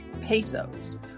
pesos